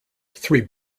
three